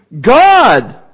God